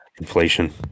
Inflation